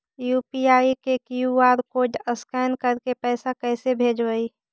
UPI के QR code scan करके पैसा कैसे भेजबइ?